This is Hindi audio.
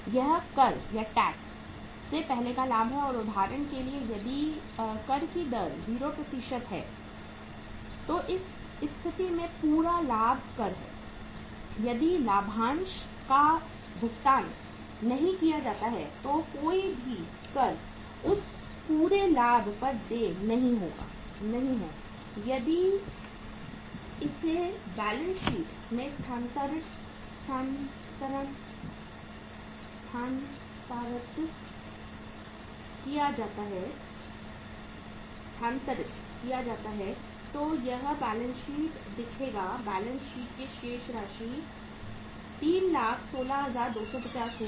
यह कर से पहले का लाभ है और उदाहरण के लिए यदि कर की दर 0 है तो उस स्थिति में पूरा लाभ कर है यदि लाभांश का भुगतान नहीं किया जाता है तो कोई भी कर उस पूरे लाभ पर देय नहीं है यदि इसे बैलेंस शीट में स्थानांतरित किया जाता है तो यह बैलेंस शीट दिखेगा बैलेंस शीट की शेष राशि 316250 होगी